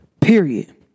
Period